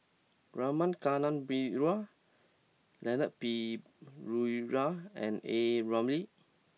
Rama Kannabiran Leon Perera and A Ramli